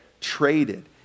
traded